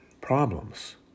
problems